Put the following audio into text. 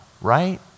right